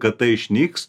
kad tai išnyks